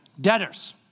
debtors